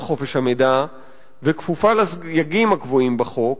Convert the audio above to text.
חופש המידע וכפופה לסייגים הקבועים בחוק,